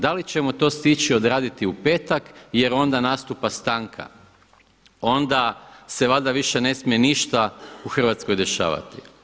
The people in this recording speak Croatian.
Da li ćemo to stići odraditi u petak jer onda nastupa stanka, onda se valjda više ne smije ništa u Hrvatskoj dešavati.